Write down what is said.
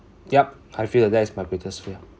yup I feel that's my greatest fear